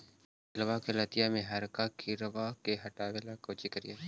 करेलबा के लतिया में हरका किड़बा के हटाबेला कोची करिए?